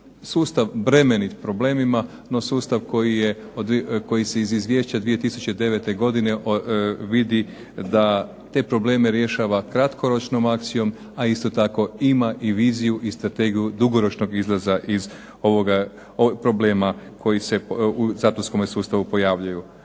Sustav bremenit problemima, no sustav koji se iz izvješća 2009. godine vidi da te probleme rješava kratkoročnom akcijom, a isto tako ima i viziju i strategiju dugoročnog izlaza i ovih problema koji se u zatvorskom sustavu pojavljuju.